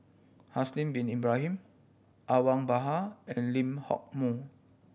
Haslir Bin Ibrahim Awang Bakar and Lee Hock Moh